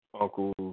uncles